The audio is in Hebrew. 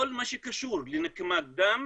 כל מה שקשור לנקמת דם